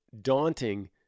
daunting